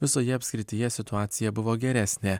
visoje apskrityje situacija buvo geresnė